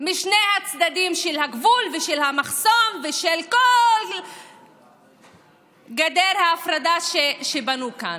משני הצדדים של הגבול ושל המחסום ושל כל גדר ההפרדה שבנו כאן.